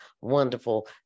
wonderful